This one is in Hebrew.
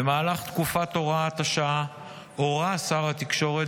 במהלך תקופת הוראת השעה הורה שר התקשורת,